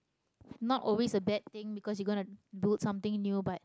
not always a bad thing because you gonna do something new but